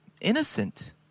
innocent